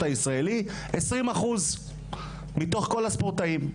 הישראלי 20% נשים מתוך כל הספורטאים.